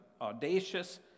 audacious